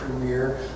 career